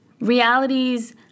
Realities